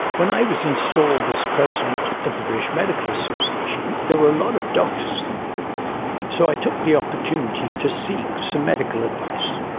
when i was installed as president of the british medical association, there were a lot of doctors in the room so i took the opportunity to seek some medical advice.